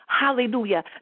hallelujah